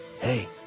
Hey